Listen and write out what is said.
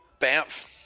Bamf